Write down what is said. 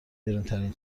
گرونترین